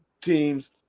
teams